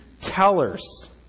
tellers